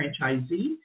franchisee